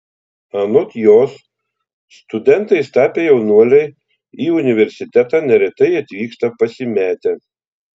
anot jos studentais tapę jaunuoliai į universitetą neretai atvyksta pasimetę